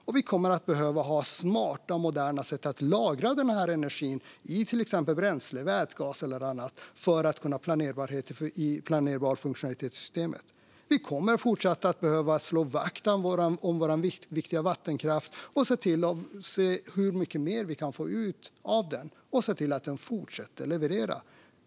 Och vi kommer att behöva ha smarta och moderna sätt att lagra den energin, i till exempel bränsle, vätgas eller annat, för att få planerbar funktionalitet i systemet. Vi kommer fortsatt att behöva slå vakt om vår viktiga vattenkraft, se hur mycket mer vi kan få ut av den och se till att den fortsätter att leverera.